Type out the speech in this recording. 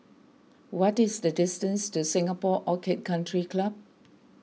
what is the distance to Singapore Orchid Country Club